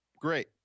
great